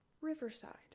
riverside